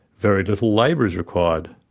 very little labour is required.